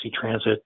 Transit